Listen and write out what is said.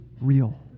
real